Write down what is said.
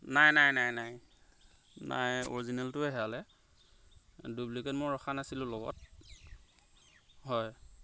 নাই নাই নাই নাই অৰিজিনেলটোৱে হেৰালে ডুপ্লিকেট মই ৰখা নাছিলোঁ লগত হয়